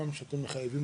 מחייב.